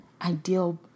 ideal